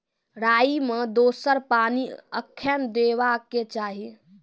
राई मे दोसर पानी कखेन देबा के चाहि?